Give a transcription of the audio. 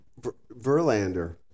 Verlander